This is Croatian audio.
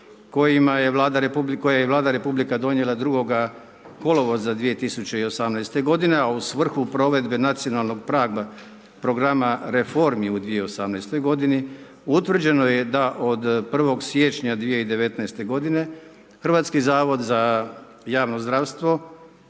koje je Vlada Republike donijela 2. kolovoza 2018. godine a u svrhu provedbe Nacionalnog .../Govornik se ne razumije./... programa reformi u 2018. godini utvrđeno je da od 1. siječnja 2019. godine Hrvatski zavod za javno zdravstvo